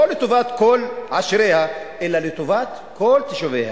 לא לטובת כל עשיריה, אלא לטובת כל תושביה,